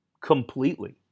completely